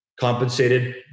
compensated